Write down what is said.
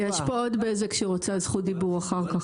יש כאן עוד בזק שרוצה את זכות הדיבור אחר כך,